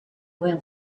oil